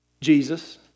Jesus